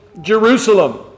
Jerusalem